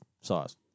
sauce